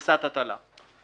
מכסת הטלה.